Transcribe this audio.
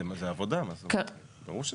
זו עבודה, ברור.